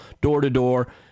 door-to-door